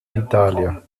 d’italia